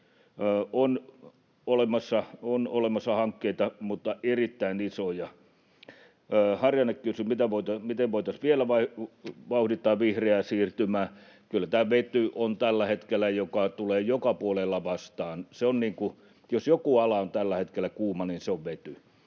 On olemassa hankkeita, mutta erittäin isoja. Harjanne kysyi, miten voitaisiin vielä vauhdittaa vihreää siirtymää. Kyllä vety on tällä hetkellä se, joka tulee joka puolella vastaan. Jos joku ala on tällä hetkellä kuuma, niin se on vety.